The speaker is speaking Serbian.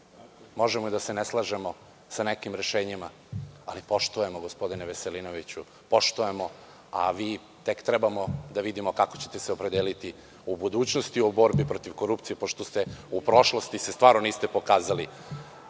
Možemo da se ne slažemo sa nekim rešenjima, ali poštujemo, gospodine Veselinoviću. Mi poštujemo, a vas tek treba da vidimo kako ćete se opredeliti u budućnosti o borbi protiv korupcije, pošto se u prošlosti stvarno niste pokazali